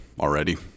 already